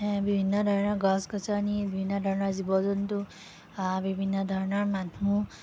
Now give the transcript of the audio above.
এ বিভিন্ন ধৰণৰ গছ গছনি বিভিন্ন ধৰণৰ জীৱ জন্তু আ বিভিন্ন ধৰণৰ মানুহ